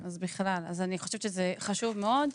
אז בכלל, אני חושבת שזה חשוב מאוד.